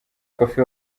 koffi